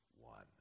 one